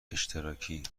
اشتراکی